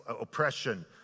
oppression